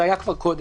זה היה כבר קודם.